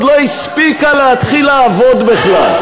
הממשלה הזאת עוד לא הספיקה להתחיל לעבוד בכלל,